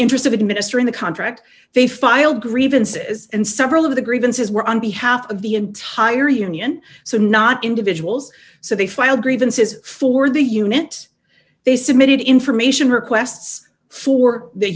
interest of administering the contract they filed grievances and several of the grievances were on behalf of the entire year nion so not individuals so they filed grievances for the units they submitted information requests for the